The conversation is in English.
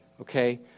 okay